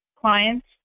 clients